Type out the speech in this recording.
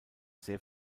sehr